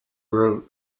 wrote